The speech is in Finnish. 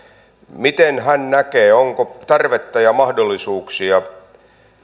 miten hän näkee onko tarvetta ja mahdollisuuksia